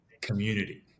community